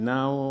Now